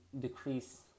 decrease